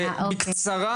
בקצרה,